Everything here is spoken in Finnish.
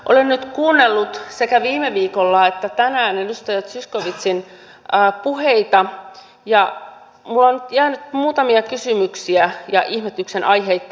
olen nyt kuunnellut sekä viime viikolla että tänään edustaja zyskowiczin puheita ja minulle on nyt jäänyt muutamia kysymyksiä ja ihmetyksen aiheita